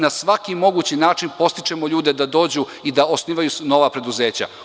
Na svaki mogući način podstičemo ljude da dođu i osnivaju nova preduzeća.